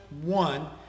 one